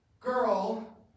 girl